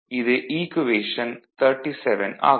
இது ஈக்குவேஷன் 37 ஆகும்